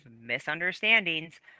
misunderstandings